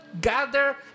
gather